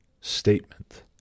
statement